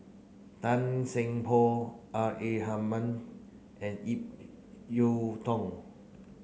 Tan Seng Poh R A Hamid and Ip Yiu Tung